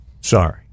sorry